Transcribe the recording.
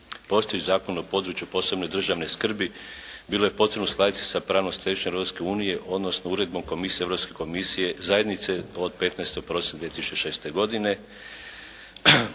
postojeći Zakon o području posebne državne skrbi bilo je potrebno uskladiti sa pravnom stečevinom Europske unije, odnosno Uredbom komisije, Europske komisije zajednice od 15. prosinca 2006. godine